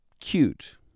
cute